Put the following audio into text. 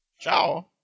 Ciao